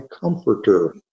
comforter